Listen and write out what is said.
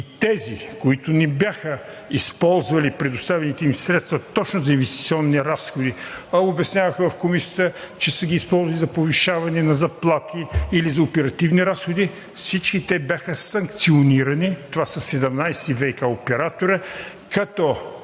и тези, които не бяха използвали предоставените им средства точно за инвестиционни разходи, а обясняваха в Комисията, че са ги използвали за повишаване на заплати или за оперативни разходи, всички те бяха санкционирани. Това са 17 ВиК оператора, като